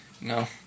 No